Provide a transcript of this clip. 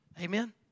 Amen